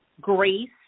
grace